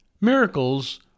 Miracles